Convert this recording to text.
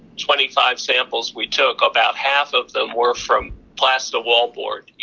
twenty five samples we took, about half of them were from plaster wall boards.